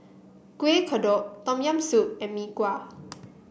Kuih Kodok Tom Yam Soup and Mee Kuah